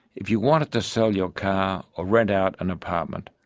if you wanted to sell your car or rent out an apartment,